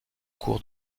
cours